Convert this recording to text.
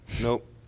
Nope